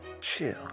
Chill